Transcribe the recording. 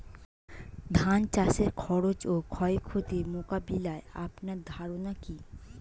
ধান চাষের খরচ ও ক্ষয়ক্ষতি মোকাবিলায় আপনার ধারণা কী?